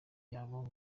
yabo